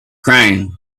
crying